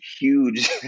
huge